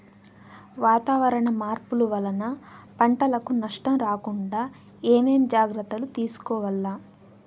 వాతావరణ మార్పులు వలన పంటలకు నష్టం రాకుండా ఏమేం జాగ్రత్తలు తీసుకోవల్ల?